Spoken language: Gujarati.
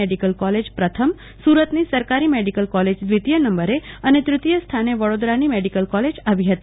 મેડિકલ કોલેજ પ્રથમ સુરતની સરકારી મેડીકલ કોલેજ દ્રિતીય નંબરે અને તૃતીય સ્થાને વડોદરાની મેડીકલ કોલેજ આવી હતી